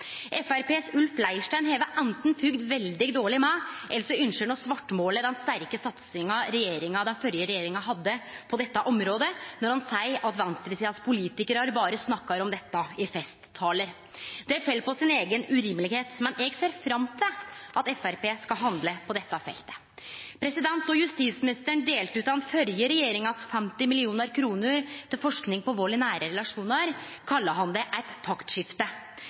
Framstegspartiets Ulf Leirstein har anten følgt veldig dårleg med eller så ønskjer han å svartmåle den sterke satsinga den førre regjeringa hadde på dette området når han seier at venstresidas politikarar berre snakkar om dette i festtalar. Det fell på si eiga urimelegheit, men eg ser fram til at Framstegspartiet skal handle på dette feltet. Då justisministeren delte ut den førre regjeringas 50 mill. kr til forsking på vald i nære relasjonar, kalla han det eit taktskifte.